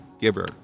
giver